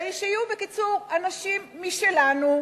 ושיהיו, בקיצור, אנשים משלנו.